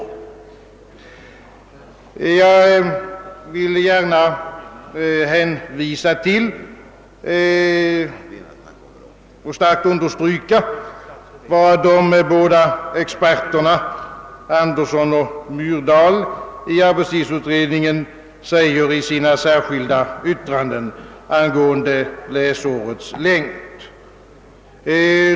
Jag vill starkt understryka vad de båda experterna i skolarbetstidsutredningen Andersson och Myrdal an för i sina särskilda yttranden angående läsårets längd.